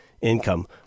income